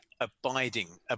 abiding